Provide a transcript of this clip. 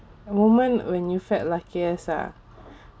moment when you felt luckiest ah